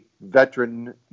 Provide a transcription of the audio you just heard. veteran